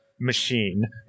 machine